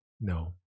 no